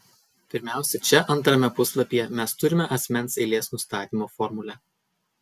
pirmiausia čia antrame puslapyje mes turime asmens eilės nustatymo formulę